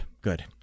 good